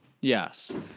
Yes